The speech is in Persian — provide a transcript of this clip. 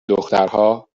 دخترها